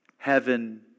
Heaven